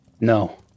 No